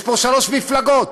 יש פה שלוש מפלגות,